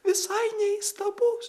visai neįstabus